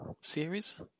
series